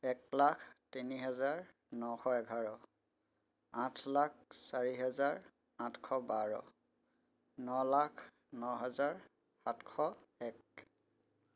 এক লাখ তিনি হাজাৰ নশ এঘাৰ আঠ লাখ চাৰি হাজাৰ আঠশ বাৰ ন লাখ ন হাজাৰ সাতশ এক